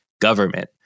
government